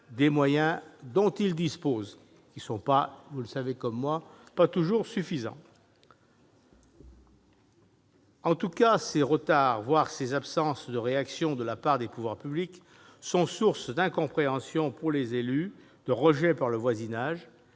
des moyens dont il dispose, lesquels, vous le savez comme moi, ne sont pas toujours suffisants. En tout cas, ces retards, voire ces absences de réaction de la part des pouvoirs publics, sont source d'incompréhension pour les élus, de rejet par le voisinage,